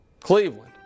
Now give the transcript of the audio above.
Cleveland